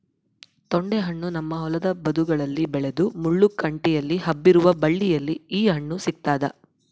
ತೊಂಡೆಹಣ್ಣು ನಮ್ಮ ಹೊಲದ ಬದುಗಳಲ್ಲಿ ಬೆಳೆದ ಮುಳ್ಳು ಕಂಟಿಯಲ್ಲಿ ಹಬ್ಬಿರುವ ಬಳ್ಳಿಯಲ್ಲಿ ಈ ಹಣ್ಣು ಸಿಗ್ತಾದ